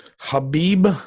Habib